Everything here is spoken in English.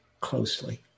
closely